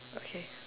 okay